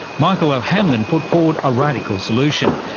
michael o'hanlon put forward a radical solution,